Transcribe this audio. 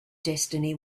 destiny